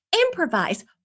Improvise